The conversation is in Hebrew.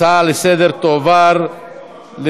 להצעה לסדר-היום ולהעביר את הנושא